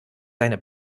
seine